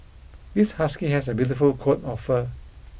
this husky has a beautiful coat of fur